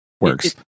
works